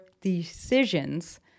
decisions